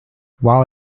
while